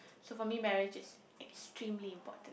so for me marriage is extremely important